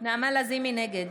נגד